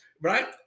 right